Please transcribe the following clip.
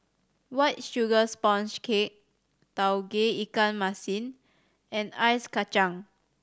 White Sugar Sponge Cake Tauge Ikan Masin and Ice Kachang